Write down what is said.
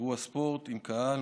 אירוע ספורט עם קהל,